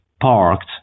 parked